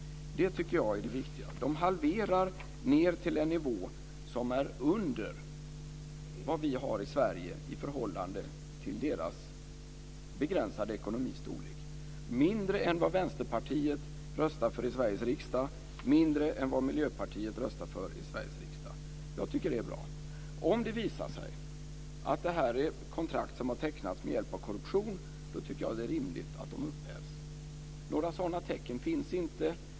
Det tycker jag är det viktiga. De halverar ned till en nivå som är under vad vi har i Sverige i förhållande till deras begränsade storlek på ekonomin. De har alltså mindre än vad Vänsterpartiet röstar för i Sveriges riksdag, mindre än vad Miljöpartiet röstar för i Sveriges riksdag. Jag tycker att det är bra. Om det visar sig att det här är kontrakt som har tecknats med hjälp av korruption tycker jag att det är rimligt att de upphävs. Några sådana tecken finns inte.